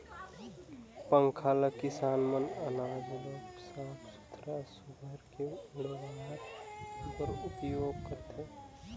पंखा ल किसान मन अनाज ल साफ सुथरा सुग्घर ले उड़वाए बर उपियोग करथे